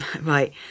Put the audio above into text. right